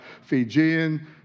Fijian